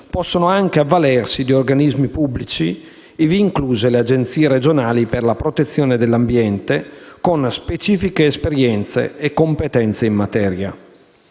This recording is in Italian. possono anche avvalersi di organismi pubblici, ivi incluse le agenzie regionali per la protezione dell'ambiente con specifiche esperienze e competenze in materia.